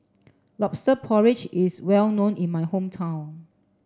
lobster porridge is well known in my hometown